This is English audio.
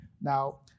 Now